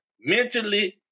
mentally